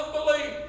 Unbelief